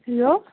hello